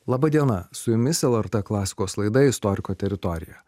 laba diena su jumis lrt klasikos laida istoriko teritorija